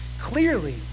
Clearly